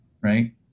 right